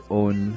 own